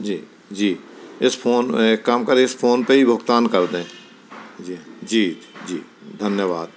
जी जी इस फोन एक काम करें इस फ़ोन पर ही भुगतान कर दें जी जी जी धन्यवाद